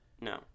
No